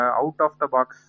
out-of-the-box